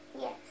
Yes